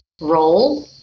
role